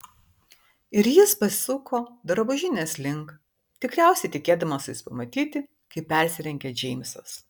ir jis pasuko drabužinės link tikriausiai tikėdamasis pamatyti kaip persirengia džeimsas